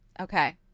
Okay